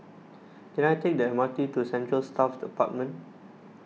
can I take the M R T to Central Staff Apartment